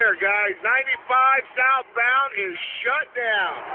um guys. ninety five southbound is shut down.